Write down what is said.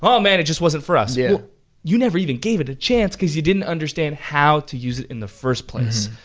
um man it just wasn't for us. yeah. well you never even gave it a chance cause you didn't understand how to use it in the first place.